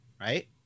right